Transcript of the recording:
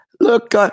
Look